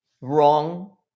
wrong